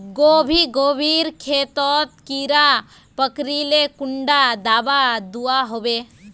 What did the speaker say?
गोभी गोभिर खेतोत कीड़ा पकरिले कुंडा दाबा दुआहोबे?